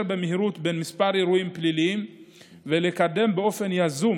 במהירות בין כמה אירועים פליליים ולקדם באופן יזום